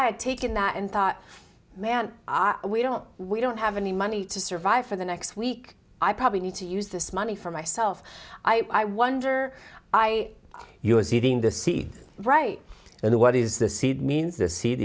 i had taken that and thought man are we don't we don't have any money to survive for the next week i probably need to use this money for myself i wonder i use it in the seed right and what is the seed means the se